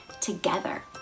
together